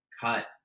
cut